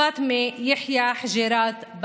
פאטמה יחיא חג'יראת,